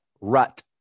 Rut